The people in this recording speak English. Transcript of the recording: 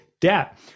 debt